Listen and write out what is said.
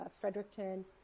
Fredericton